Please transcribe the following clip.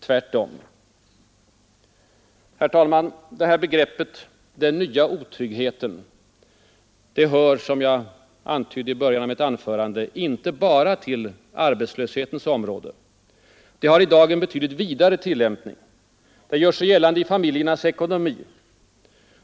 Tvärtom. Herr talman! Begreppet den nya otryggheten hör, som jag antydde i början av mitt anförande, inte bara till arbetslöshetens område. Det har i dag en betydligt vidare tillämpning. Det gör sig gällande i familjernas ekonomi.